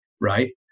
right